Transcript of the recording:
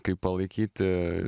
kaip palaikyti